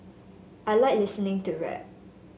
I like listening to rap